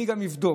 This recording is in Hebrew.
אני גם אבדוק.